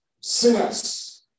sinners